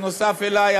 נוסף עלי,